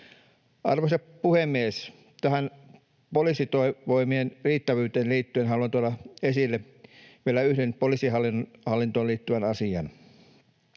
Arvoisa puhemies! Tähän poliisivoimien riittävyyteen liittyen haluan tuoda esille vielä yhden poliisihallintoon liittyvän asian.